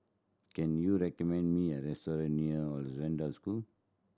can you recommend me a restaurant near Hollandse School